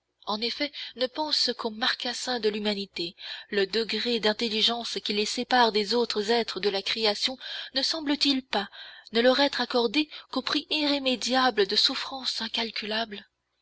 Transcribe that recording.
en effet ne pense qu'aux marcassins de l'humanité le degré d'intelligence qui les sépare des autres êtres de la création ne semble-t-il pas ne leur être accordé qu'au prix irrémédiable de souffrances incalculables